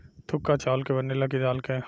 थुक्पा चावल के बनेला की दाल के?